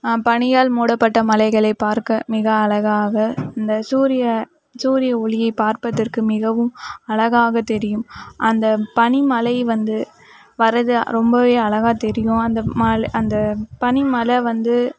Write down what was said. பனிகள் மூடப்பட்ட மலைகளை பார்க்க மிக அழகாக இந்த சூரிய சூரிய ஒளியை பார்ப்பதற்கு மிகவும் அழகாக தெரியும் அந்த பனிமலை வந்து வரது வந்து ரொம்ப அழகாக தெரியும் அந்த அந்த பனிமலை வந்து